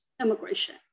immigration